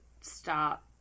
stop